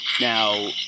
Now